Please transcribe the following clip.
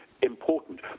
Important